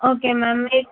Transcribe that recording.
okay ma'am